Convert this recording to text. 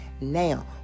now